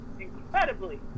incredibly